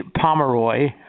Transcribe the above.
Pomeroy